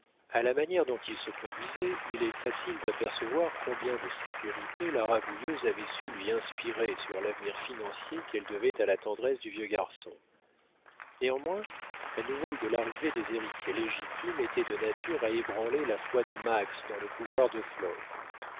a la manière dont il se conduisait il est facile d'apercevoir combien de sécurité la rabouilleuse avait su lui inspirer sur l'avenir financier qu'elle devait à la tendresse du vieux garçon néanmoins la nouvelle de l'arrivée des héritiers légitimes était de nature à ébranler la foi de max dans le pouvoir de flore